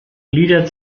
gliedert